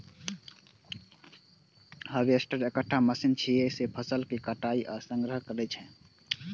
harvester एकटा machine छियै, जे फसलक कटाइ आ संग्रहण करै छै